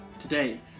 today